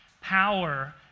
power